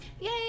Yay